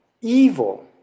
evil